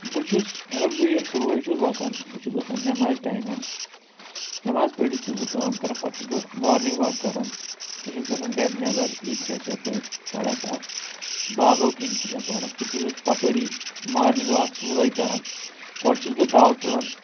بہٕ چھُس اگر بہٕ ییٚلہِ صُبحٲے چھُس وۄتھان بہٕ چھُس وۄتھان نیٚمازِ ٹایمن نیٚماز پٔرِتھ چھُس بہٕ کٲم کران پتہٕ چھُس بہٕ مارنِنٛگ واک کران بہٕ چھُس گژھان گرِِ نیٚبر ییٚتہِ چھِ اَسہِ یپٲرۍ سڑک اکھ تہٕ باغو کِنۍ چھِ سۄ سڑک تہٕ بہٕ چھُس تپٲری مارنِنٛگ واک صُبحٲے کران گۄڈٕ چھُس بہٕ دو تُلان